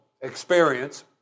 experience